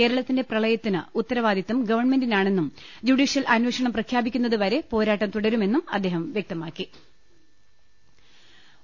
കേരളത്തിന്റെ പ്രളയത്തിന് ഉത്തരവാദിതും ഗവൺമെന്റിനാണെന്നും ജൂഡീഷ്യൽ അന്വേഷണം പ്രഖ്യാപിക്കുന്നത് വരെ പോരാട്ടം തുടരുമെന്നും അദ്ദേഹം വ്യക്തമാക്കി്